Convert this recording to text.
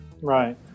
Right